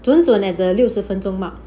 准准 at the 六十分钟 mark